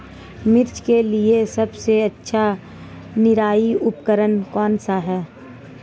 मिर्च के लिए सबसे अच्छा निराई उपकरण कौनसा है?